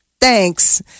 thanks